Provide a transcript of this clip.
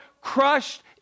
Crushed